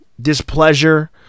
displeasure